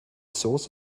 source